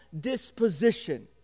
disposition